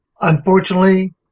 Unfortunately